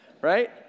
right